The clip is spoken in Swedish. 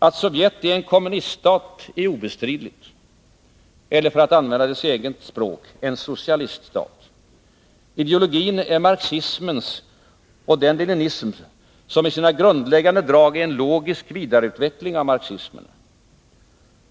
Att Sovjetunionen är en kommuniststat är obestridligt. Eller, för att använda dess eget språk, en socialiststat. Ideologin är marxismens och den leninisms som i sina grundläggande drag är en logisk vidareutveckling av marxismen.